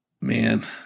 man